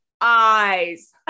eyes